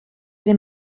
den